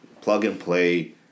plug-and-play